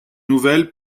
nouvelles